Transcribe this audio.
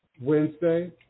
Wednesday